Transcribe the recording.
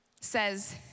says